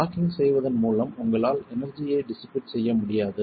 ragging செய்வதன் மூலம் உங்களால் எனர்ஜி ஐச் டிசிபேட் செய்ய முடியாது